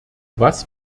was